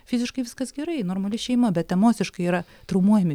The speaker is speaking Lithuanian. fiziškai viskas gerai normali šeima bet emociškai yra traumuojami